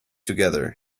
together